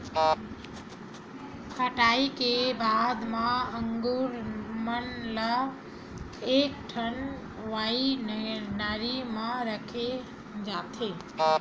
कटई के बाद म अंगुर मन ल एकठन वाइनरी म रखे जाथे